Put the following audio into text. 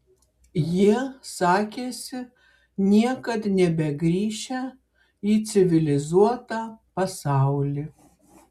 jie sakėsi niekad nebegrįšią į civilizuotą pasaulį